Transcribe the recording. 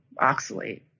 oxalate